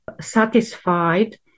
satisfied